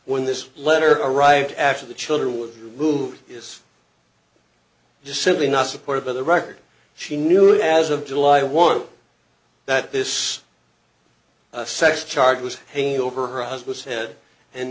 when this letter arrived after the children would move is just simply not supported by the record she knew as of july one that this sex charge was hanging over her husband's head and